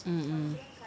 mm mm